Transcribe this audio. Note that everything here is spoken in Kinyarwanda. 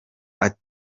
agira